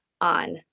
on